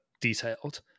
detailed